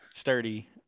sturdy